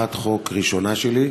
הצעת חוק ראשונה שלי.